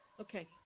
Okay